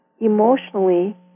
emotionally